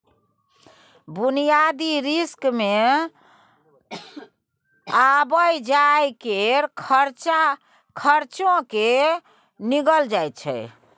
बुनियादी रिस्क मे आबय जाय केर खर्चो केँ गिनल जाय छै